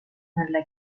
nella